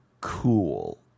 cool